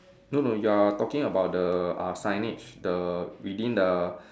no no you are talking about the uh signage the within the